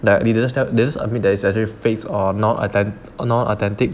that they didn't step this I mean that is actually fake or non authentic